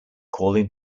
calling